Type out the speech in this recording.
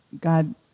God